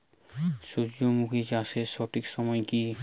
সূর্যমুখী চাষের সঠিক সময় কি?